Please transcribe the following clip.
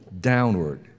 downward